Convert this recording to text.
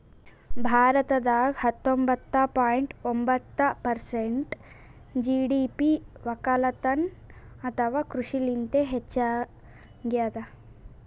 ಭಾರತದಾಗ್ ಹತ್ತೊಂಬತ್ತ ಪಾಯಿಂಟ್ ಒಂಬತ್ತ್ ಪರ್ಸೆಂಟ್ ಜಿ.ಡಿ.ಪಿ ವಕ್ಕಲತನ್ ಅಥವಾ ಕೃಷಿಲಿಂತೆ ಹೆಚ್ಚಾಗ್ಯಾದ